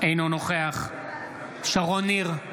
אינו נוכח שרון ניר,